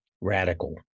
radical